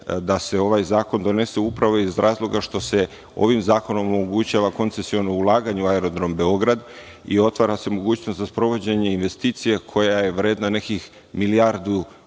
da se ovaj zakon donese upravo iz razloga što se ovim zakonom omogućava koncesiono ulaganje u aerodrom Beograd i otvara se mogućnost za sprovođenje investicija koja je vredna nekih milijardu